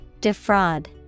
Defraud